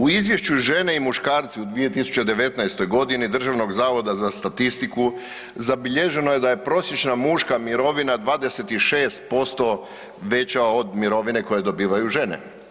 U izvješću žene i muškarci u 2019. godini Državnog zavoda za statistiku zabilježeno je da je prosječna muška mirovina 26% veća od mirovine koje dobivaju žene.